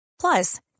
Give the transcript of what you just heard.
Plus